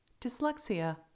Dyslexia